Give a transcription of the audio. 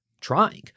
trying